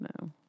No